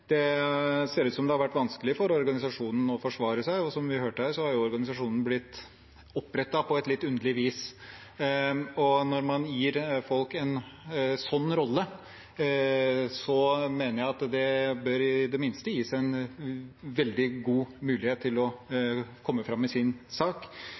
Det ser ut som om det har vært vanskelig for organisasjonen å forsvare seg, og som vi hørte her, har jo organisasjonen blitt opprettet på et litt underlig vis. Når man gir folk en sånn rolle, mener jeg at det bør i det minste gis en veldig god mulighet til å komme fram med sin sak.